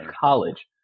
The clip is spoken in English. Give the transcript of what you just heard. college